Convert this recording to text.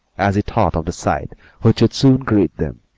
as he thought of the sight which would soon greet them.